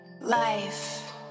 Life